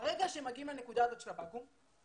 ברגע שמגיעים לנקודה הזאת של הבקו"ם,